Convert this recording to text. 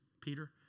Peter